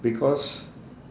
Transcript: because